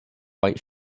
white